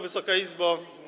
Wysoka Izbo!